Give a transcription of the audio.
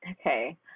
Okay